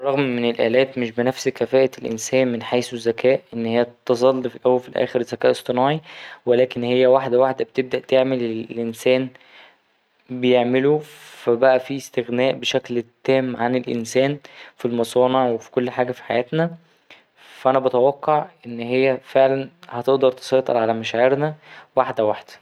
رغم إن الألات مش بنفس كفاءة الإنسان من حيث الذكاء إن هي تظل في الأول وفي الأخر ذكاء اصطناعي ولكن هي واحدة واحدة بتبدأ تعمل الإنسان بيعمله فا بقى فيه إستغناء بشكل تام عن الإنسان في المصانع وفي كل حاجة في حياتنا فا أنا بتوقع إن هي فعلا هتقدر تسيطر على مشاعرنا واحدة واحدة.